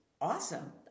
awesome